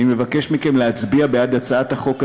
אני מבקש מכם להצביע בעד הצעת החוק הזאת.